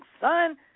son